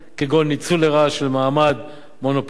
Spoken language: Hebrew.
כגון ניצול לרעה של מעמד מונופוליסטי,